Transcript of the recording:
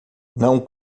não